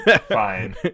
fine